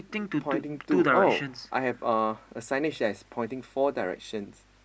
pointing to oh I have a a signage that is pointing four directions